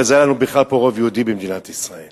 אז היה לנו בכלל פה רוב יהודי במדינת ישראל.